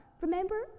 remember